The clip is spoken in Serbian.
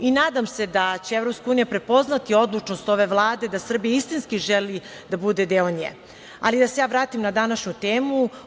Nadam se da će EU prepoznati odlučnost ove Vlade da Srbija istinski želi da bude deo nje, ali da se vratim na današnju temu.